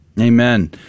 Amen